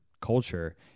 culture